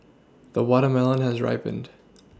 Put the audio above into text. the watermelon has ripened